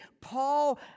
Paul